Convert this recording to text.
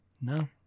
no